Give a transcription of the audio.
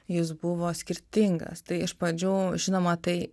jis buvo skirtingas tai iš pradžių žinoma tai